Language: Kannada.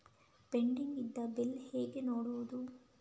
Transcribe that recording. ಪೆಂಡಿಂಗ್ ಇದ್ದ ಬಿಲ್ ಹೇಗೆ ನೋಡುವುದು?